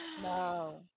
no